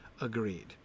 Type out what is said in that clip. agreed